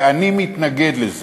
ואני מתנגד לזה.